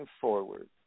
forward